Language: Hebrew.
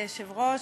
כבוד היושב-ראש,